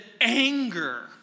anger